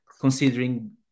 considering